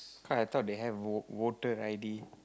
cause I thought they have voter i_d